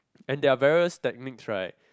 and there are various techniques right